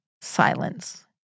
silence